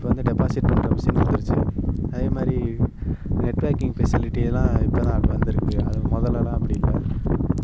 இப்போ வந்து பெப்சிட் பண்ணுற மிஷின் வந்துடுச்சு அதேமாதிரி நெட் பேங்கிங் ஃபெசிலிட்டியெல்லாம் இப்போ தான் வந்திருக்கு அது முதலெல்லாம் அப்படி இல்லை